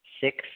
Six